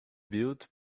built